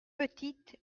petite